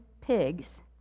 pigs